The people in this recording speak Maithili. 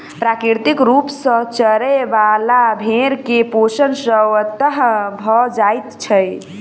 प्राकृतिक रूप सॅ चरय बला भेंड़ के पोषण स्वतः भ जाइत छै